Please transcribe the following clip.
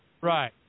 Right